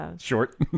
short